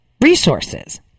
resources